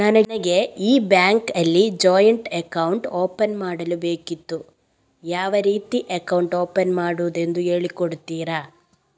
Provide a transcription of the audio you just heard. ನನಗೆ ಈ ಬ್ಯಾಂಕ್ ಅಲ್ಲಿ ಜಾಯಿಂಟ್ ಅಕೌಂಟ್ ಓಪನ್ ಮಾಡಲು ಬೇಕಿತ್ತು, ಯಾವ ರೀತಿ ಅಕೌಂಟ್ ಓಪನ್ ಮಾಡುದೆಂದು ಹೇಳಿ ಕೊಡುತ್ತೀರಾ?